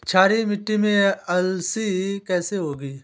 क्षारीय मिट्टी में अलसी कैसे होगी?